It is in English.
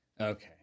okay